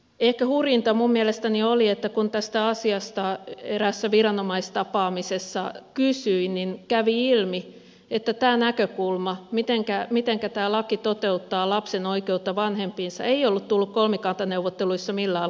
ehkä hurjinta minun mielestäni oli että kun tästä asiasta eräässä viranomaistapaamisessa kysyin niin kävi ilmi että tämä näkökulma mitenkä tämä laki toteuttaa lapsen oikeutta vanhempiinsa ei ollut tullut kolmikantaneuvotteluissa millään lailla esiin